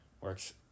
works